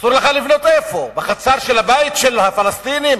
אסור לך לבנות איפה, בחצר הבית של הפלסטינים?